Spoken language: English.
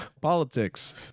politics